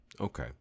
okay